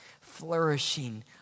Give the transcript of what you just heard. flourishing